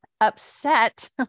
upset